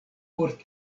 por